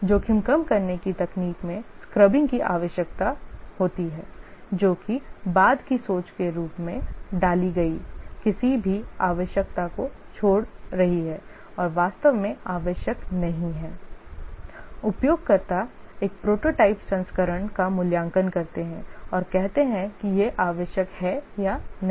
जोखिम कम करने की तकनीक में स्क्रबिंग की आवश्यकता होती है जो कि बाद की सोच के रूप में डाली गई किसी भी आवश्यकता को छोड़ रही है और वास्तव में आवश्यक नहीं है उपयोगकर्ता एक प्रोटोटाइप संस्करण का मूल्यांकन करते हैं और कहते हैं कि यह आवश्यक है या नहीं